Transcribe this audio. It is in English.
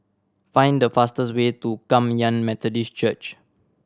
find the fastest way to Kum Yan Methodist Church